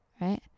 right